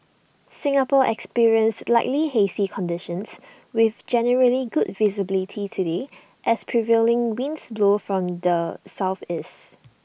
Singapore experienced slightly hazy conditions with generally good visibility today as prevailing winds blow from the Southeast